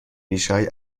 ریشههای